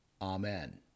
Amen